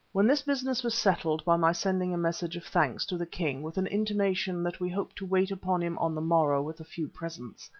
when this business was settled by my sending a message of thanks to the king with an intimation that we hoped to wait upon him on the morrow with a few presents,